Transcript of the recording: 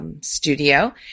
studio